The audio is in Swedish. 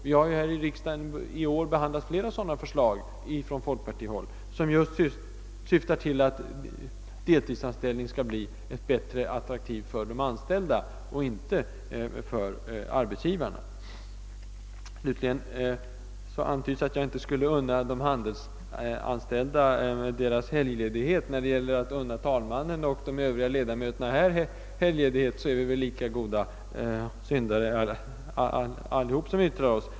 Vi har här i riksdagen i år behandlat flera sådana förslag från folkpartihåll, som just syftar till att deltidsanställning skall bli mera attraktiv för de anställda och inte för arbetsgivarna. Slutligen antyds att jag inte skulle unna de handelsanställda deras helgledighet. När det gäller att unna talmannen och de övriga ledamöterna denna helgledighet är vi väl lika goda syndare allibopa som yttrar oss.